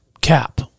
cap